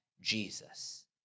Jesus